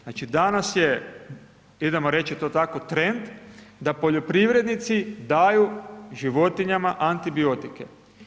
Znači danas je, idemo reći to tako trend da poljoprivrednici daju životinjama antibiotike.